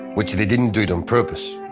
which they didn't do it on purpose.